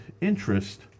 interest